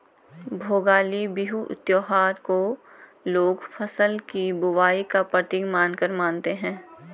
भोगाली बिहू त्योहार को लोग फ़सल की बुबाई का प्रतीक मानकर मानते हैं